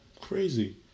crazy